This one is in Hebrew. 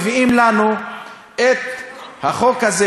מביאים לנו את החוק הזה,